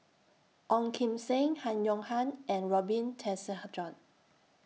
Ong Kim Seng Han Yong Hong and Robin Tessensohn